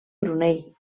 brunei